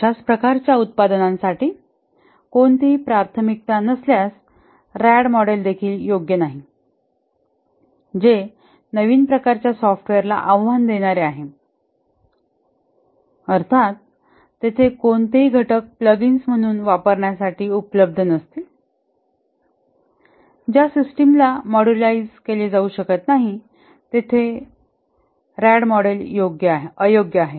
अशाच प्रकारच्या उत्पादनांसाठी कोणतीही प्राथमिकता नसल्यास रॅड मॉडेल देखील योग्य नाही जे नवीन प्रकारच्या सॉफ्टवेअरला आव्हान देणारे आहे अर्थात तेथे कोणतेही घटक प्लगइन्स म्हणून वापरण्यासाठी उपलब्ध नसतील ज्या सिस्टमला मॉड्यूलराइझ केले जाऊ शकत नाही तेथे रॅड मॉडेल अयोग्य आहे